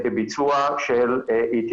ספר לנו איך השקעה בפיתוח ענף האנרגיות